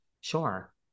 Sure